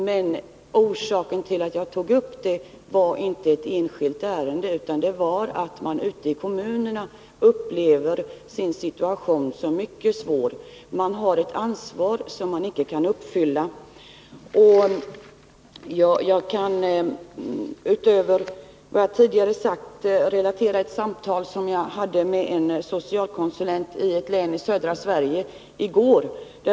Men orsaken till att jag tog upp saken var inte ett enskilt ärende, utan orsaken var att man ute i kommunerna upplever sin situation som mycket svår. Man har ett ansvar som man icke kan klara. Utöver vad jag tidigare sagt kan jag relatera ett samtal som jag hade i går med en socialkonsulent i ett län i södra Sverige.